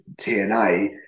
TNA